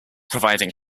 providing